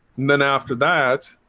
then after that